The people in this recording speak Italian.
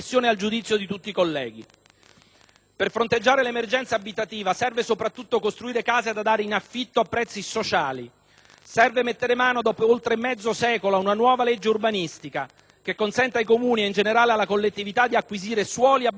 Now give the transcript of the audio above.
per fronteggiare l'emergenza abitativa serve soprattutto costruire case da dare in affitto a prezzi sociali; serve mettere mano dopo oltre mezzo secolo a una nuova legge urbanistica che consenta ai Comuni e in generale alla collettività di acquisire suoli a basso costo per la città «pubblica»;